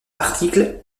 articles